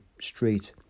street